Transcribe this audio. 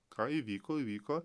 ką įvyko įvyko